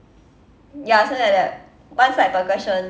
ya isn't that like one slide per question